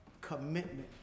commitment